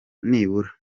nibura